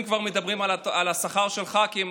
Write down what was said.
אם כבר מדברים על השכר של הח"כים,